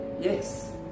Yes